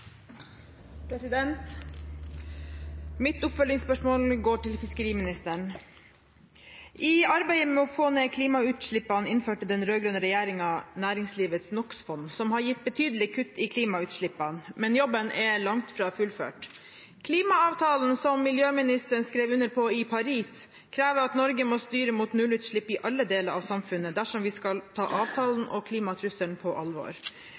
Hansen. Mitt oppfølgingsspørsmål går til fiskeriministeren. I arbeidet med å få ned klimagassutslippene innførte den rød-grønne regjeringen Næringslivets NOx-fond, som har gitt betydelige kutt i klimagassutslippene, men jobben er langt fra fullført. Klimaavtalen som miljøministeren skrev under på i Paris, krever at Norge må styre mot nullutslipp i alle deler av samfunnet dersom vi skal ta avtalen og klimatrusselen på alvor.